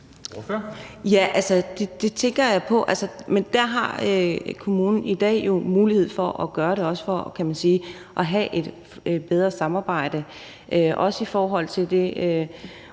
Ja, altså, det tænker jeg. Men der har kommunen jo i dag mulighed for at gøre det for at have et bedre samarbejde, også i forhold til det,